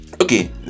okay